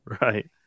right